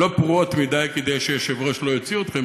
לא פרועות מדי כדי שהיושב-ראש לא יוציא אתכם,